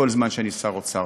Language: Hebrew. כל זמן שאני שר אוצר,